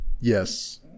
Yes